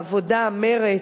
עבודה מרצ,